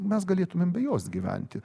mes galėtumėm be jos gyventi